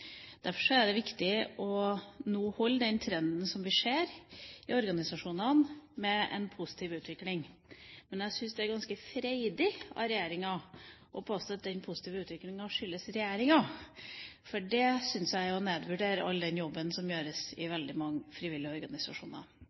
er det viktig å holde trenden med en positiv utvikling, som vi ser i organisasjonene. Men jeg syns det er ganske freidig av regjeringa å påstå at den positive utviklinga skyldes regjeringa, for det syns jeg er å nedvurdere all den jobben som gjøres i veldig mange frivillige organisasjoner.